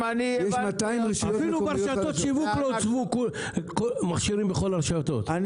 אפילו לא הוצבו מכשירים בכל הרשתות,